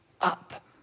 up